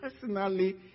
personally